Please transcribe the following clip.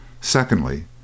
Secondly